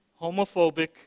homophobic